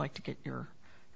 like to get your